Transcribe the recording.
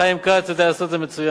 חיים כץ יודע לעשות את זה מצוין.